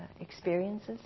experiences